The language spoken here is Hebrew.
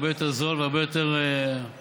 הרבה יותר זול והרבה יותר בר-פיקוח.